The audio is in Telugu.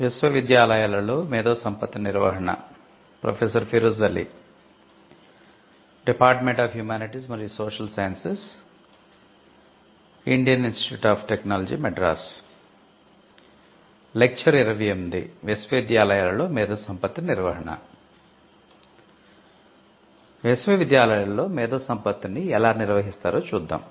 విశ్వవిద్యాలయాలలో మేధోసంపత్తిని ఎలా నిర్వహిస్తారో చూద్దాం